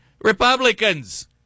Republicans